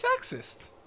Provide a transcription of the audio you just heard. sexist